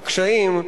הקשיים,